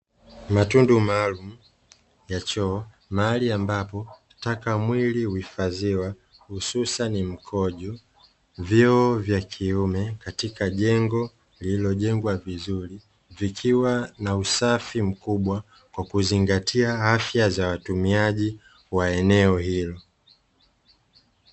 Matundu maalumu ya choo mahali ambapo taka mwili huhifadhiwa hususani mkojo. Vyoo vya kiume katika jengo lililojengwa vizuri, vikiwa na usafi mkubwa kwa kuzingatia afya za watumiaji wa eneo hilo.